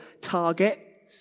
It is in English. target